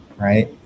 right